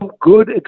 good